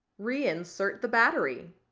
reinsert the battery.